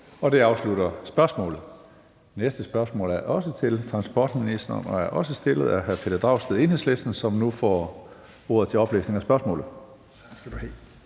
Det afslutter spørgsmålet. Næste spørgsmål er også til transportministeren og er også stillet af hr. Pelle Dragsted, Enhedslisten. Kl. 16:13 Spm. nr.